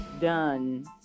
done